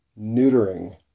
neutering